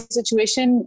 situation